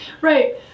Right